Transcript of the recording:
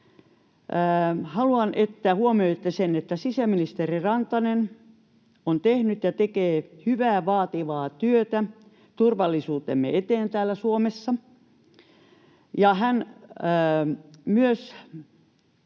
Haluan, että huomioitte sen, että sisäministeri Rantanen on tehnyt ja tekee hyvää, vaativaa työtä turvallisuutemme eteen täällä Suomessa.